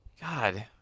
God